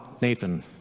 Nathan